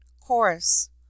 Chorus